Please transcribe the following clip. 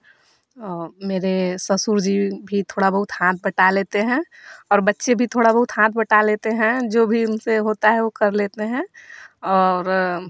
मेरे ससुर जी भी थोड़ा बहुत हाथ बटा लेते हैं और बच्चे भी थोड़ा बहुत हाथ बटा लेते हैं जो भी उनसे होता है वह कर लेते हैं और